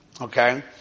okay